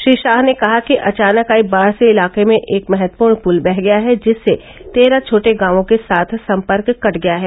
श्री शाह ने कहा कि अचानक आई बाढ़ से इलाके में एक महत्वपूर्ण पूल वह गया है जिससे तेरह छोटे गांवों के साथ संपर्क कट गया है